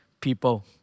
people